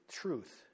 truth